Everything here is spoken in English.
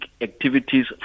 activities